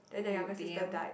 oh damn